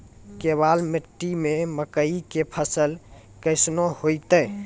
केवाल मिट्टी मे मकई के फ़सल कैसनौ होईतै?